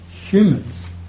humans